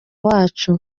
wacu